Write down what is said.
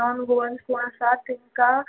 non Goans आसा तेंका